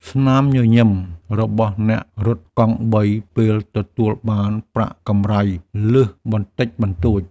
ស្នាមញញឹមរបស់អ្នករត់កង់បីពេលទទួលបានប្រាក់កម្រៃលើសបន្តិចបន្តួច។